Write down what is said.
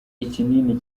ikinini